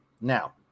now